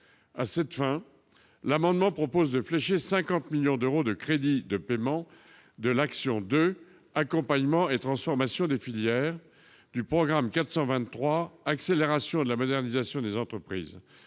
À cette fin, l'amendement vise à flécher 50 millions d'euros de crédits de paiement de l'action n° 02, Accompagnement et transformation des filières, du programme 423, « Accélération de la modernisation des entreprises